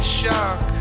shock